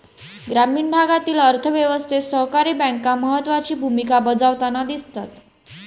ग्रामीण भागातील अर्थ व्यवस्थेत सहकारी बँका महत्त्वाची भूमिका बजावताना दिसतात